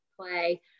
play